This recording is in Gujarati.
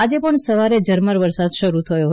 આજે પણ સવારે ઝરમર વરસાદ શરૂ થયો હતો